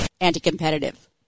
anti-competitive